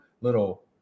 little